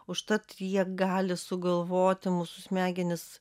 užtat jie gali sugalvoti mūsų smegenys